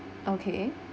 okay